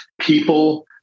people